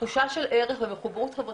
תחושה של ערך ומחוברות חברתית.